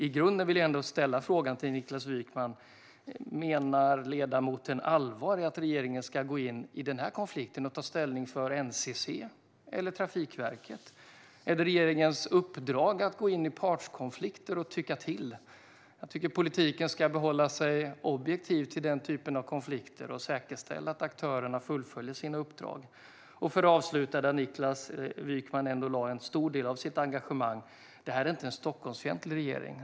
I grunden vill jag fråga Niklas Wykman om ledamoten menar allvar med att regeringen ska gå in i denna konflikt och ta ställning för NCC eller Trafikverket. Är det regeringens uppdrag att gå in i partskonflikter och tycka till? Jag tycker att politiken ska förhålla sig objektiv till den typen av konflikter och säkerställa att aktörerna fullföljer sina uppdrag. För att avsluta där Niklas Wykman lade en stor del av sitt engagemang vill jag säga att detta inte är en Stockholmsfientlig regering.